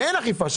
אין שם אכיפה.